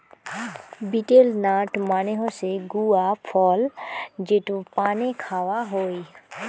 betel nut মানে হসে গুয়া ফল যেটো পানে খাওয়া হই